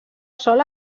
sol